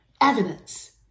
evidence